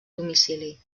domicili